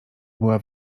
była